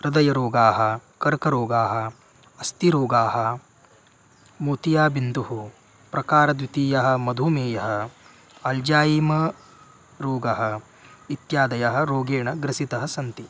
हृदयरोगाः कर्करोगाः अस्तिरोगाः मोतियाबिन्दुः प्रकारद्वितीयः मधुमेयः अल्जायिमरोगः इत्यादयः रोगेण ग्रसिताः सन्ति